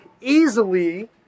easily